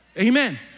Amen